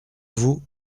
vous